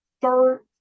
third